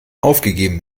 aufgegeben